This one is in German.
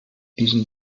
diesen